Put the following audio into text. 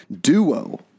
duo